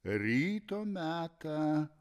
ryto metą